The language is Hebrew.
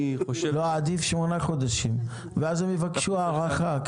לא, עדיף שמונה חודשים ואז הם יבקשו הארכה.